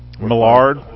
Millard